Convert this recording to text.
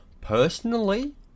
Personally